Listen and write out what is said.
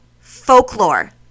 Folklore